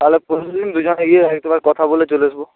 তাহলে পশশু দিন দুজনে গিয়ে আর একটু কথা বলে চলে আসবো